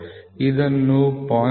ಇದನ್ನು 0